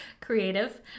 Creative